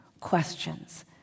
questions